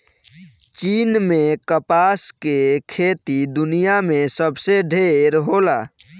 चीन में कपास के खेती दुनिया में सबसे ढेर होला